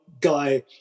guy